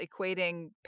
equating